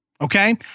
Okay